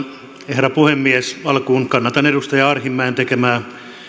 herra puhemies alkuun kannatan edustaja arhinmäen tekemää